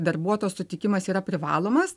darbuotojo sutikimas yra privalomas